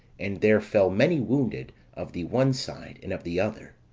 and there fell many wounded of the one side and of the other.